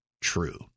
true